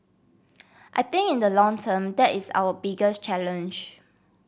I think in the long term that is our biggest challenge